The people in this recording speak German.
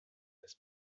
des